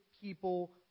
people